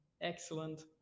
Excellent